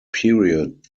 period